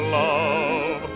love